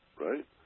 right